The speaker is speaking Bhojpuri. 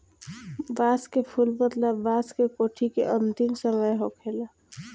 बांस के फुल मतलब बांस के कोठी के अंतिम समय होखेला